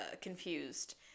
confused